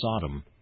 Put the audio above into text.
Sodom